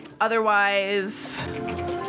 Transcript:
Otherwise